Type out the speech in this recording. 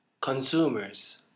Consumers